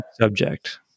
subject